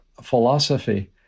philosophy